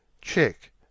Check